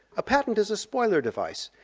a patent is a spoiler device,